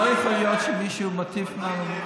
לא יכול להיות שמישהו מטיף לנו,